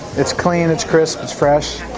it's clean it's chris it's fresh.